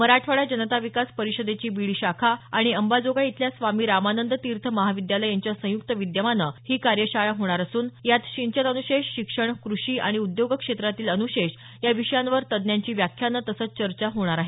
मराठवाडा जनता विकास परिषदेची बीड शाखा आणि अंबाजोगाई इथल्या स्वामी रामानंद तीर्थ महाविद्यालय यांच्या संयुक्त विद्यमानं ही कार्यशाळा होणार असून यात सिंचन अनुशेष शिक्षण कृषी आणि उद्योग क्षेत्रातील अन्शेष या विषयांवर तज्ञांची व्याख्यानं तसंच चर्चा होणार आहेत